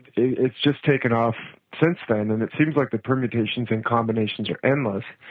it's just taken off since then and it seems like the permutations and combinations are endless,